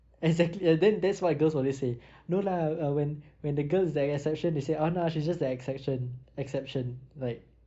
exactly and then that's what girls always say no lah uh whe~ when the girl's the exception they say uh no lah she's just the exception exception like